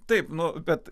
taip nu bet